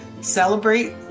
Celebrate